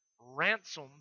ransom